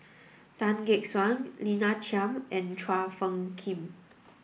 Tan Gek Suan Lina Chiam and Chua Phung Kim